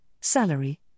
salary